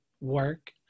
work